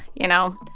you know,